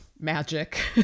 magic